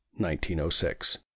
1906